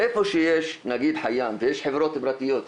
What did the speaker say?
איפה שיש נגיד חייאן ויש חברות פרטיות,